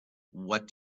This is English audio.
what